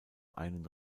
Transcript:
einen